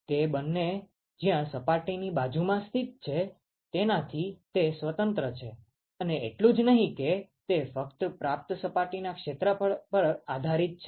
તે બંને જ્યાં સપાટીની બાજુમાં સ્થિત છે તેનાથી તે સ્વતંત્ર છે અને એટલું જ નહીં કે તે ફક્ત પ્રાપ્ત સપાટીના ક્ષેત્રફળ પર આધારિત છે